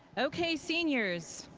okay, seniors,